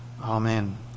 amen